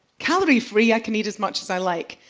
calorie free, i can eat as much as i like.